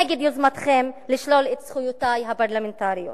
נגד יוזמתכם לשלול את זכויותי הפרלמנטריות.